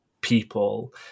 people